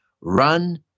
run